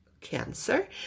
cancer